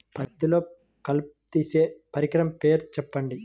పత్తిలో కలుపు తీసే పరికరము పేరు చెప్పండి